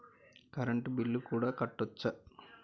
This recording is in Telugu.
కరెంటు బిల్లు కూడా కట్టొచ్చా?